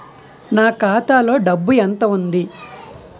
నా ఖాతాలో డబ్బు ఎంత ఉంది?